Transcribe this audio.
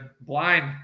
Blind